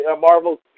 Marvel